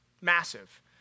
Massive